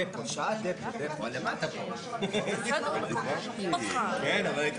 בשפה יפה גם כן ובשפה ברורה,